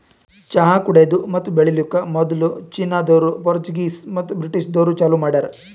ಚಹಾ ಕುಡೆದು ಮತ್ತ ಬೆಳಿಲುಕ್ ಮದುಲ್ ಚೀನಾದೋರು, ಪೋರ್ಚುಗೀಸ್ ಮತ್ತ ಬ್ರಿಟಿಷದೂರು ಚಾಲೂ ಮಾಡ್ಯಾರ್